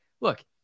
look